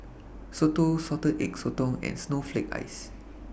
Soto Salted Egg Sotong and Snowflake Ice